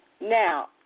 Now